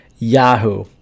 yahoo